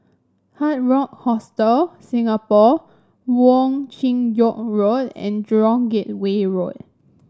Hard Rock Hostel Singapore Wong Chin Yoke Road and Jurong Gateway Road